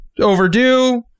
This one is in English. overdue